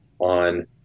on